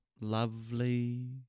lovely